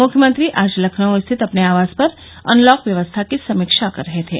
मुख्यमंत्री आज लखनऊ स्थित अपने आवास पर अनलॉक व्यवस्था की समीक्षा कर रहे थे